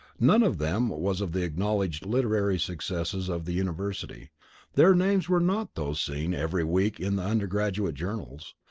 none of them was of the acknowledged literary successes of the university their names were not those seen every week in the undergraduate journals.